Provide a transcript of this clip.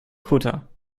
kutter